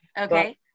okay